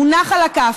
מונח על הכף.